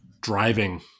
driving